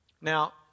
Now